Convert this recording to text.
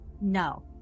No